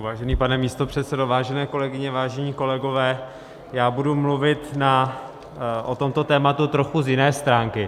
Vážený pane místopředsedo, vážené kolegyně, vážení kolegové, já budu mluvit o tomto tématu z trochu jiné stránky.